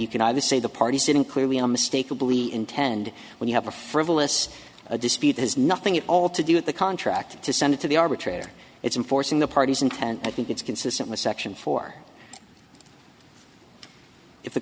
you can either say the parties in clearly are mistaken believe intend when you have a frivolous a dispute has nothing at all to do with the contract to send it to the arbitrator it's in forcing the parties intent i think it's consistent with section four if the